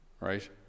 right